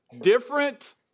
Different